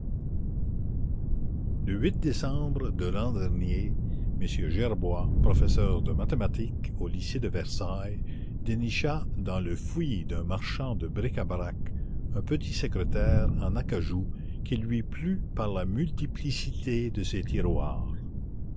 e mars de l'an dernier m gerbois professeur de mathématiques au lycée de versailles dénicha dans le fouillis d'un marchand de bric-à-brac un petit secrétaire en acajou qui lui plut par la multiplicité de ses tiroirs